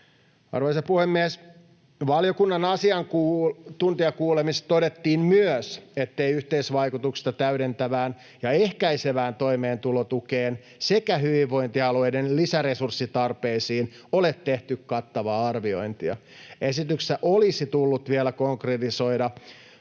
Arvoisa puhemies! Valiokunnan asiantuntijakuulemisissa todettiin myös, ettei yhteisvaikutuksista täydentävään ja ehkäisevään toimeentulotukeen sekä hyvinvointialueiden lisäresurssitarpeisiin ole tehty kattavaa arviointia. Esityksessä olisi tullut vielä konkretisoida